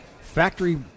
factory